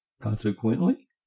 consequently